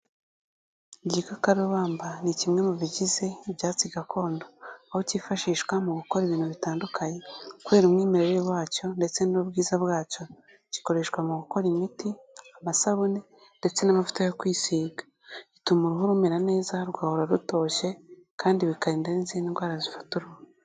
Igikakarubamba, ni kimwe mu bigize ibyatsi gakondo, aho cyifashishwa mu gukora ibintu bitandukanye, kubera umwimerere wacyo ndetse n'ubwiza bwacyo, gikoreshwa mu gukora imiti, amasabune ndetse n'amavuta yo kwisiga. Bituma uruhu rumera neza, rugahora rutoshye, kandi bikarinda n'izindi ndwara zifata uruhu.